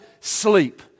sleep